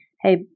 hey